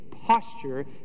Posture